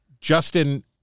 Justin